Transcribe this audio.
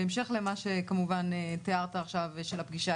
בהמשך למה שכמובן תיארת אתמול על הפגישה